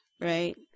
right